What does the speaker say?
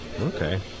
Okay